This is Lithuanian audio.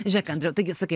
žiūrėk andriau taigi sakai